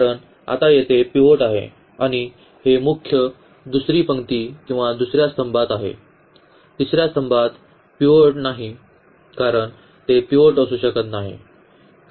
कारण आता येथे पिव्होट आहे आणि हे मुख्य दुसरी पंक्ती किंवा दुसर्या स्तंभात आहे तिसर्या स्तंभात पिव्होट नाही कारण हे पिव्होट असू शकत नाही